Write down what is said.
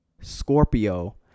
Scorpio